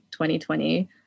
2020